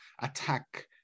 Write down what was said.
attack